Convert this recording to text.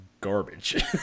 garbage